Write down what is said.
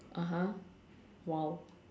(uh huh) !wow!